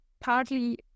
partly